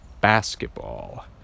basketball